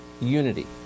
unity